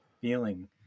feeling